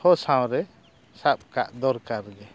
ᱦᱚᱸ ᱥᱟᱶᱨᱮ ᱥᱟᱵ ᱠᱟᱜ ᱫᱚᱨᱠᱟᱨ ᱜᱮ